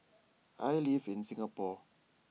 I live in Singapore